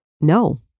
no